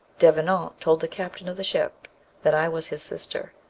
devenant told the captain of the ship that i was his sister,